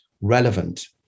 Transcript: relevant